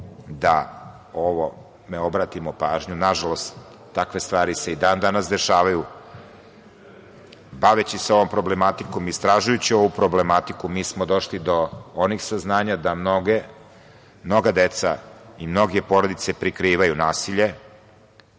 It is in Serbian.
da o ovome obratimo pažnju. Nažalost, takve stvari se i dan danas dešavaju. Baveći se ovom problematikom, istražujući ovu problematiku mi smo došli do onih saznanja da mnoga deca i mnoge porodice prikrivaju nasilje,